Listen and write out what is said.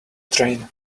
train